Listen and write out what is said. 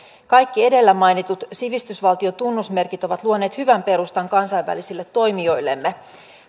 kaikki edellä mainitut sivistysvaltion tunnusmerkit ovat luoneet hyvän perustan kansainvälisille toimijoillemme